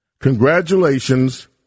congratulations